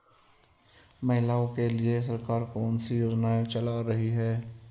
महिलाओं के लिए सरकार कौन सी योजनाएं चला रही है?